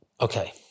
Okay